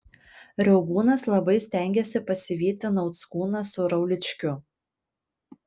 riaubūnas labai stengėsi pasivyti nauckūną su rauličkiu